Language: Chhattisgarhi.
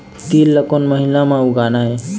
तील ला कोन महीना म उगाना ये?